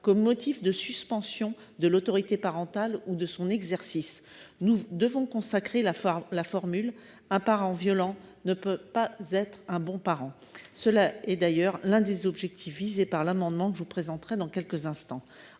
-comme motif de suspension de l'autorité parentale ou de son exercice. Nous devons consacrer la formule suivante :« Un parent violent ne peut pas être un bon parent. » C'est d'ailleurs l'un des objectifs de l'amendement que je défendrai dans quelques instants.